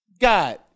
God